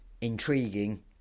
intriguing